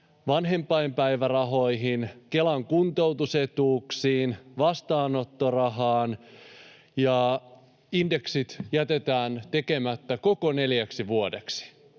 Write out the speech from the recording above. vanhempainpäivärahoihin, Kelan kuntoutusetuuksiin ja vastaanottorahaan ja indeksit jätetään tekemättä koko neljäksi vuodeksi.